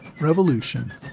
Revolution